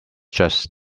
just